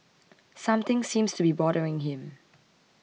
something seems to be bothering him